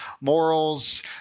morals